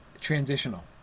transitional